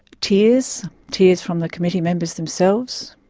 tears tears from the committee members themselves,